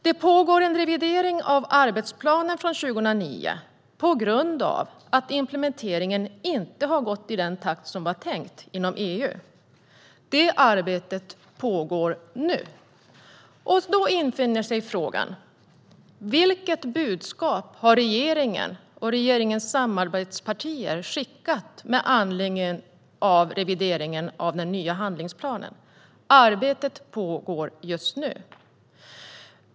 Det pågår en revidering av arbetsplanen från 2009 på grund av att implementeringen inte har gått i den takt som var tänkt inom EU. Detta arbete pågår nu. Den fråga som infinner sig är: Vilket budskap har regeringen och dess samarbetspartier skickat med anledning av revideringen av den nya arbetsplanen? Arbetet pågår just nu.